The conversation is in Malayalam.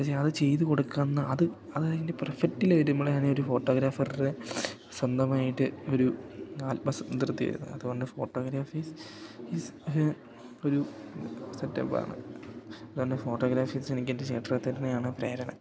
പക്ഷെ അത് ചെയ്ത് കൊടുക്കുന്ന അത് അത് അതിൻ്റെ പെർഫക്റ്റിൽ വരുമ്പളാണ് ഒരു ഫോട്ടോഗ്രാഫർടെ സ്വന്തമായിട്ട് ഒരു ആത്മസംതൃപ്തി വരുന്നത് അതുകൊണ്ട് ഫോട്ടോഗ്രാഫീസ് ഈസ് പിന്നെ ഒരു സെറ്റപ്പ് ആണ് അതുകൊണ്ട് ഫോട്ടോഗ്രാഫി വച്ച് എനിക്കെൻ്റെ ചേട്ടനെ തന്നെയാണ് പ്രേരണ